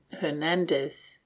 hernandez